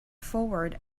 forward